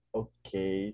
okay